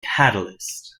catalyst